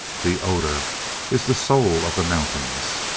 the odor is the soul of the mountains.